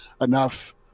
enough